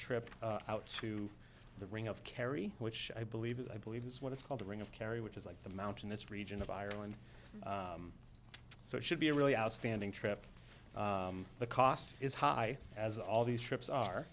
trip out to the ring of kerry which i believe is i believe is what it's called the ring of kerry which is like the mountainous region of ireland so it should be a really outstanding trip the cost is high as all these trips